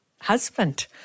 husband